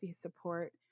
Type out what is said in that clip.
support